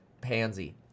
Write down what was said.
pansy